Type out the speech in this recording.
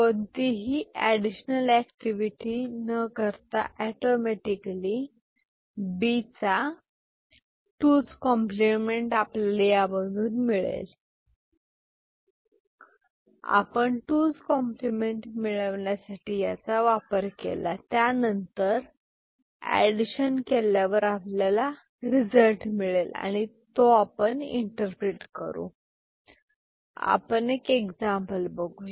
कोणतीही additional activity न करता ऑटोमॅटिकली B चा 2s कॉम्प्लिमेंट मिळेल आपण 2s कॉम्प्लिमेंट मिळवण्यासाठी याचा वापर केला त्यानंतर एडिशन केल्यावर आपल्याला रिझल्ट मिळेल आणि आपण तो इंटरप्रीट करू आपण एक्झाम्पल बघूया